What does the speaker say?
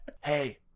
Hey